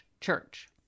church